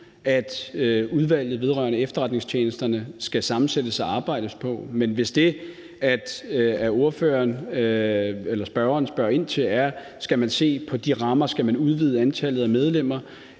at Udvalget vedrørende Efterretningstjenesterne skal sammensættes og arbejde på. Men hvis det, spørgeren spørger ind til, er, om man skal se på de rammer, og om man skal udvide antallet af medlemmer,